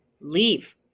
Leave